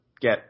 get